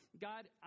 God